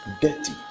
dirty